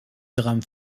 drames